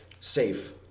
safe